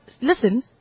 Listen